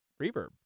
reverb